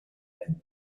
length